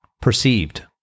perceived